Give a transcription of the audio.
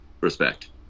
respect